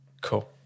Cool